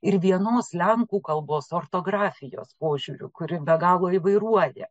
ir vienos lenkų kalbos ortografijos požiūriu kuri be galo įvairuoja